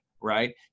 right